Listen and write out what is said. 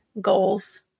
goals